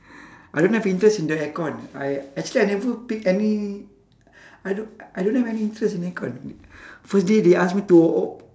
I don't have interest in the aircon I actually I never pick any I don't I don't have any interest in aircon first day they ask me to o~